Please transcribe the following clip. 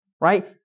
right